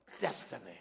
destiny